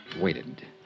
waited